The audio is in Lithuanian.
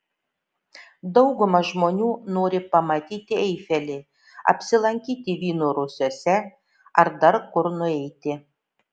dauguma žmonių nori pamatyti eifelį apsilankyti vyno rūsiuose ar dar kur nueiti